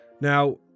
Now